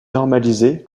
normalisé